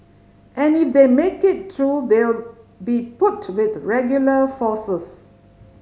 and if they make it through they'll be put with regular forces